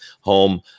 home